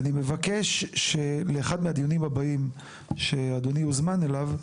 אני מבקש שלאחד מהדיונים הבאים שאדוני יוזמן אליו,